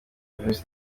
virusi